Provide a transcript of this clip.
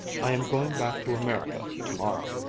i am going back to america tomorrow.